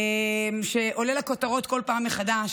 שעולה לכותרות בכל פעם מחדש,